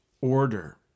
order